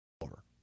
over